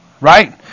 right